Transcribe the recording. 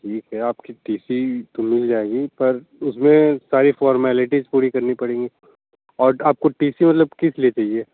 ठीक है आपकी टि सी तो मिल जाएगी पर उस में सारी फौरमैलिटीज़ पूरी करनी पड़ेंगी और आपको टि सी मतलब किस लिए चाहिए